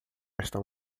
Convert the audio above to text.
estão